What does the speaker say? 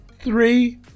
three